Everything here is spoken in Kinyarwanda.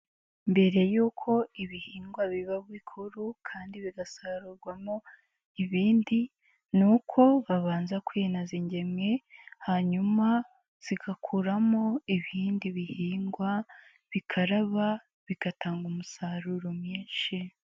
Mbere y'uko ibihingwa biba bikuru kandi bigasarurwamo ibindi, ni uko babanza kwinaza ingemwe hanyuma zigakuramo ibindi bihingwa, bikaraba bigatanga umusaruro mwinshi.